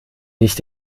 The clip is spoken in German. nicht